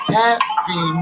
happy